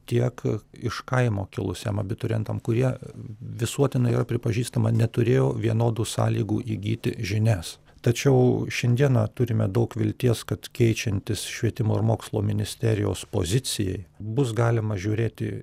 tiek iš kaimo kilusiem abiturientam kurie visuotinai yra pripažįstama neturėjo vienodų sąlygų įgyti žinias tačiau šiandieną turime daug vilties kad keičiantis švietimo ir mokslo ministerijos pozicijai bus galima žiūrėti